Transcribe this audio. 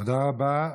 תודה רבה.